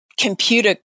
computer